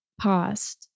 paused